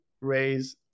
raise